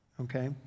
okay